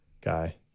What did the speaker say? guy